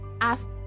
ask